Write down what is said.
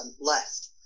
left